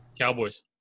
Cowboys